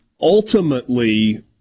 ultimately